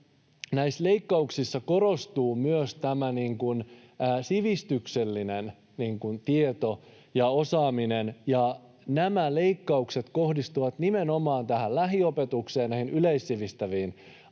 näissä leikkauksissa korostuu myös tämä sivistyksellinen tieto ja osaaminen. Nämä leikkaukset kohdistuvat nimenomaan tähän lähiopetukseen, näihin yleissivistäviin aineisiin,